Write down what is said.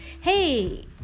hey